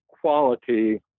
quality